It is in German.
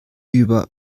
über